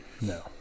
no